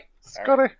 Scotty